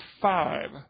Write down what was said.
five